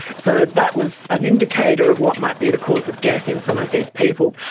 so that was an indicator of what might be the cause of death in some of these people.